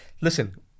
listen